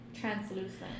translucent